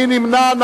מי נמנע?